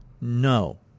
no